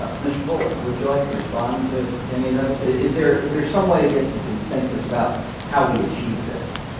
um mr. bullard, would you like to respond to to any of those? is there is there some way to get some consensus about how we achieve this?